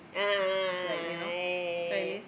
a'ah a'ah a'ah yeah yeah yeah yeah yeah yeah